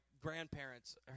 grandparents